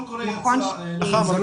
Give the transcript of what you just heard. זהבה,